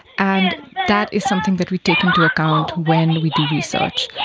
and that is something that we take into account when we do research.